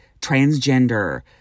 transgender